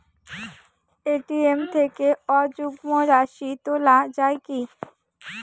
ATM থেকে অযুগ্ম রাশি তোলা য়ায় কি?